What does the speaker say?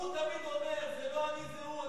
הוא תמיד אומר זה לא אני, זה הוא.